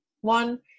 one